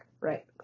Right